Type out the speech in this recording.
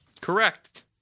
Correct